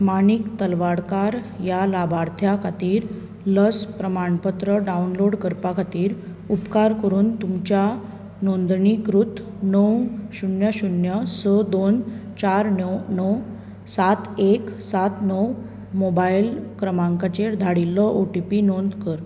माणीक तलवाडकार ह्या लाभार्थ्या खातीर लस प्रमाणपत्र डावनलोड करपा खातीर उपकार करून तुमच्या नोंदणीकृत णव शुन्य शुन्य स दोन चार णव णव सात एक सात णव मोबायल क्रमांकाचेर धाडिल्लो ओ टी पी नोंद कर